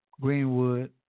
Greenwood